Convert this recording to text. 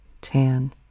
tan